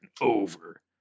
over